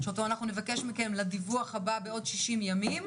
שאותו אנחנו נבקש מכם לדיווח הבא בעוד 60 ימים.